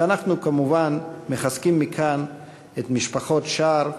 ואנחנו כמובן מחזקים מכאן את משפחות שער,